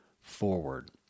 forward